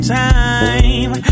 time